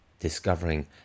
discovering